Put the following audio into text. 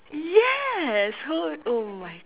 yes how oh my